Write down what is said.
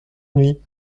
nuit